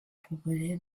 proposer